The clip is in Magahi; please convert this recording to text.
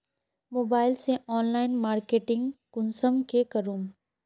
मोबाईल से ऑनलाइन मार्केटिंग कुंसम के करूम?